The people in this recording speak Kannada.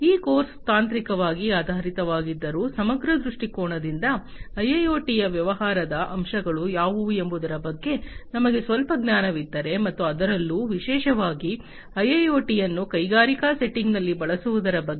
ಈ ಕೋರ್ಸ್ ತಾಂತ್ರಿಕವಾಗಿ ಆಧಾರಿತವಾಗಿದ್ದರೂ ಸಮಗ್ರ ದೃಷ್ಟಿಕೋನದಿಂದ ಐಐಒಟಿಯ ವ್ಯವಹಾರದ ಅಂಶಗಳು ಯಾವುವು ಎಂಬುದರ ಬಗ್ಗೆ ನಮಗೆ ಸ್ವಲ್ಪ ಜ್ಞಾನವಿದ್ದರೆ ಮತ್ತು ಅದರಲ್ಲೂ ವಿಶೇಷವಾಗಿ ಐಐಒಟಿಯನ್ನು ಕೈಗಾರಿಕಾ ಸೆಟ್ಟಿಂಗ್ ನಲ್ಲಿ ಬಳಸುವುದರ ಬಗ್ಗೆ